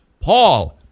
Paul